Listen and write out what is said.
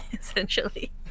Essentially